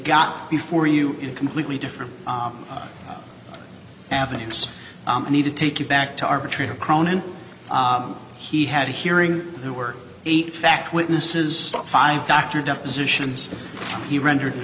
got before you in completely different avenues need to take you back to arbitrator cronan he had a hearing there were eight fact witnesses five doctor depositions he rendered